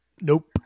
nope